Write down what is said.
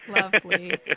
lovely